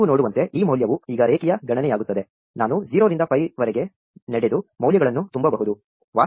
ನೀವು ನೋಡುವಂತೆ ಈ ಮೌಲ್ಯವು ಈಗ ರೇಖೀಯ ಗಣನೆಯಾಗುತ್ತದೆ ನಾನು 0 ರಿಂದ 5 ವರೆಗೆ ನಡೆದು ಮೌಲ್ಯಗಳನ್ನು ತುಂಬಬಹುದು